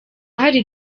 hari